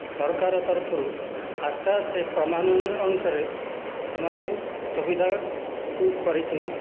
ସରକାର ତରଫରୁ ଆସ୍ତେ ଆସ୍ତେ କ୍ରମାନ୍ୱୟ ଅନୁସାରେ ସେମାନଙ୍କୁ ସୁବିଧା କରିଛନ୍ତି